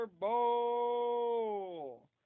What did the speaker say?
Bowl